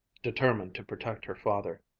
determined to protect her father.